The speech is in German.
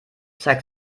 zeigt